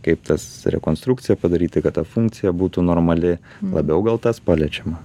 kaip tas rekonstrukciją padaryti kad ta funkcija būtų normali labiau gal tas paliečiama